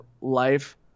life